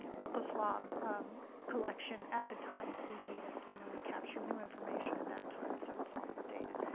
you know buccal swab collection at the time that we need it. and then, we capture new information at that time so it's all updated.